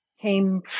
came